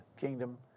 kingdom